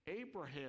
Abraham